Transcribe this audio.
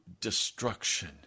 destruction